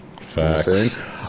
Facts